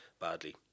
Badly